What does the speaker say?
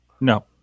No